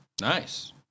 nice